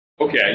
Okay